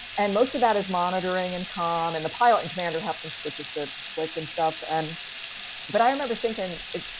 and most of that is monitoring and calm. and the pilot commander helps us, which is the flick and stuff. and but i remember thinking,